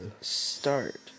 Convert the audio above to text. Start